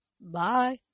Bye